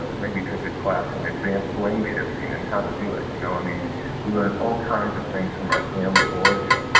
ah maybe you took a class in advanced blame-shifting and how to do it. you know what i mean? we we learned all kinds of things from our family of origin.